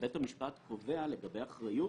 שבית המשפט קובע לגבי אחריות